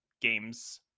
games